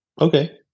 Okay